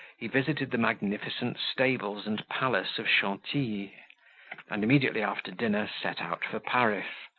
he visited the magnificent stables and palace of chantilly, and immediately after dinner set out for paris,